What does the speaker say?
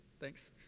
thanks